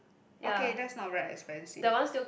okay that's not very expensive